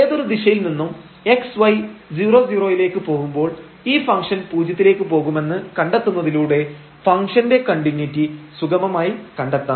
ഏതൊരു ദിശയിൽ നിന്നും x y 00 യിലേക്ക് പോവുമ്പോൾ ഈ ഫംഗ്ഷൻപൂജ്യത്തിലേക്ക് പോകുമെന്ന് കണ്ടെത്തുന്നതിലൂടെ ഫംഗ്ഷൻറെ കണ്ടിന്യൂയിറ്റി സുഖമായി കണ്ടെത്താം